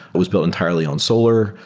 it was built entirely on solar.